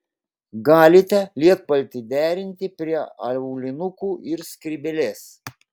galite lietpaltį derinti prie aulinukų ir skrybėlės